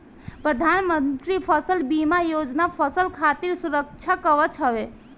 प्रधानमंत्री फसल बीमा योजना फसल खातिर सुरक्षा कवच हवे